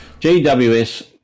GWS